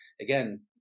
again